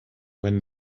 when